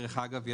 דרך אגב,